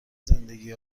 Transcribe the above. زندگی